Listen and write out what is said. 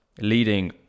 leading